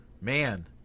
man